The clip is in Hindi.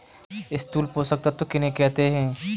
स्थूल पोषक तत्व किन्हें कहते हैं?